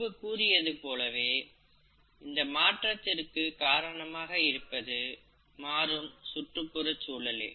முன்பு கூறியது போலவே இந்த மாற்றத்திற்கு காரணமாக இருப்பது மாறும் சுற்றுப்புறச் சூழலே